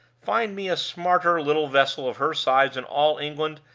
find me a smarter little vessel of her size in all england,